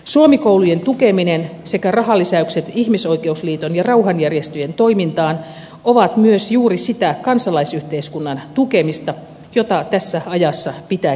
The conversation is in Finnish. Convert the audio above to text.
suomi koulujen tukeminen sekä rahalisäykset ihmisoikeusliiton ja rauhanjärjestöjen toimintaan ovat myös juuri sitä kansalaisyhteiskunnan tukemista jota tässä ajassa pitääkin tehdä